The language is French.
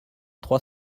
trois